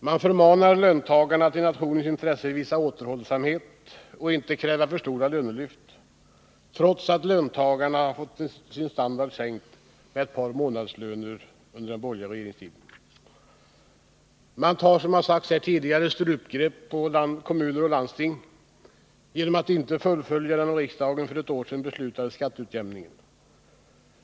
Man förmanar löntagarna att i nationens intresse visa återhållsamhet och inte kräva för stora löhelyft, trots att löntagarna fått sin standard sänkt med ett par månadslöner under den borgerliga regeringsperioden. Man tar, som har sagts här tidigare, strupgrepp på kommuner och landsting genom att inte fullfölja den av riksdagen för ett år sedan beslutade skatteutjämningen.